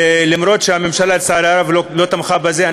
אף שהממשלה, לצערי הרב, לא תמכה בזה.